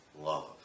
love